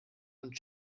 und